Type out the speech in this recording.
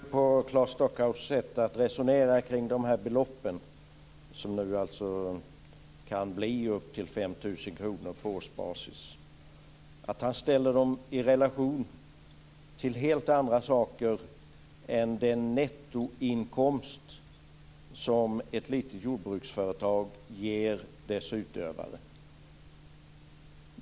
Fru talman! Jag märker på Claes Stockhaus sätt att resonera kring beloppen, som nu kan bli upp till 5 000 kr på årsbasis, att han ställer dem i relation till helt andra saker än den nettoinkomst som ett litet jordbruksföretag ger dess utövare.